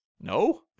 No